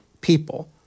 people